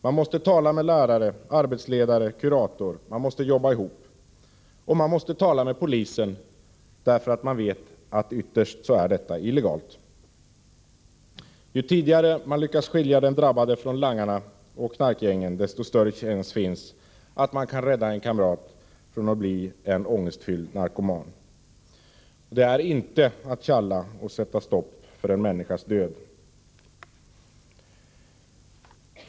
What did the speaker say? Man måste tala med lärare, arbetsledare och kurator. Man måste jobba tillsammans. Man måste också tala med polisen, eftersom man vet att det ytterst är fråga om något illegalt. Ju tidigare man lyckats skilja den drabbade från langarna och knarkgängen, desto större chans finns det att man kan rädda en kamrat från att bli en ångestfylld narkoman. Det är inte att tjalla att sätta stopp för en människas död.